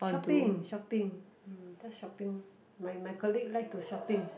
shopping shopping mm just shopping orh my my colleague like to shopping